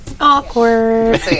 Awkward